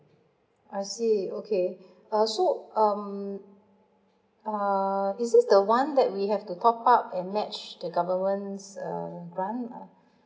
I see okay uh so um err is this the one that we have to top up and match the government's uh grant or